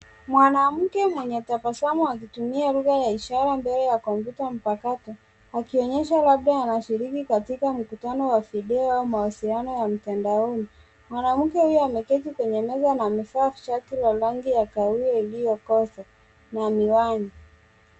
Mwanamke mwenye tabasamu akitumia lugha ya ishara mbele ya kompyuta mpakato akionyesha labda anashiriki katika mkutano wa video ya mawasiliano ya mtandaoni. Mwanamke huyo ameketi kwenye meza na amevaa shati la rangi ya kahawia iliyokoza na miwani.